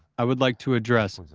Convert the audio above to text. i would like to address,